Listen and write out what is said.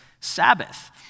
Sabbath